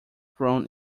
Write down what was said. grown